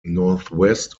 northwest